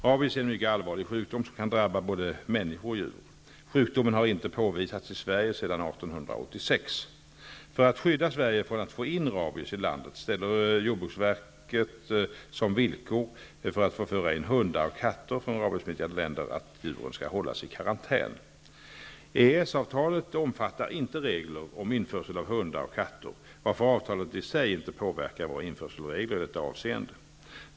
Rabies är en mycket allvarlig sjukdom, som kan drabba både människor och djur. Sjukdomen har inte påvisats i Sverige sedan år 1886. För att skydda Sverige från att få in rabies i landet ställer jordbruksverket som villkor för att få föra in hundar och katter från rabiessmittade länder, att djuren skall hållas i karantän. EES-avtalet omfattar inte regler om införsel av hundar och katter, varför avtalet i sig inte påverkar våra införselregler i detta avseende.